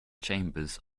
chambers